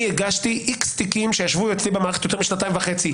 הגשתי X תיקים שישבו אצלי במערכת יותר משנתיים וחצי".